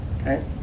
Okay